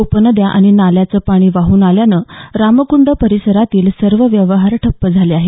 उपनद्या आणि नाल्यांचे पाणी वाहून आल्याने रामकूंड परिसरातील सर्व व्यवहार ठप्प झाले आहेत